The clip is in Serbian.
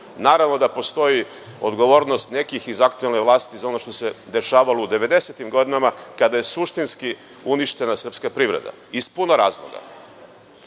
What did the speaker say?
Naravno da postoji odgovornost nekih iz aktuelne vlasti za ono što se dešavalo u 90-im godinama, kada je suštinski uništena srpska privreda, iz puno razloga. Izrečena